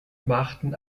machten